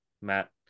Matt